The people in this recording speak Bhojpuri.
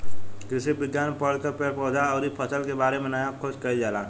कृषि विज्ञान पढ़ के पेड़ पौधा अउरी फसल के बारे में नया खोज कईल जाला